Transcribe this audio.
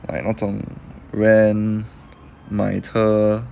like 那种 rent 买车